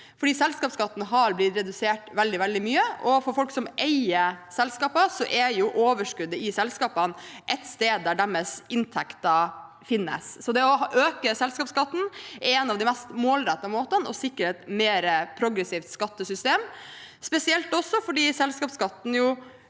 fordi selskapsskatten har blitt redusert veldig mye. For folk som eier selskapene, er overskuddet i selskapene et sted der deres inntekter finnes. Så det å øke selskapsskatten er en av de mest målrettede måtene å sikre et mer progressivt skattesystem på, spesielt fordi selskapsskatten jo